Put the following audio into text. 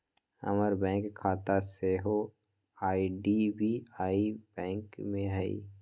हमर बैंक खता सेहो आई.डी.बी.आई बैंक में हइ